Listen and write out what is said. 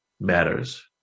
matters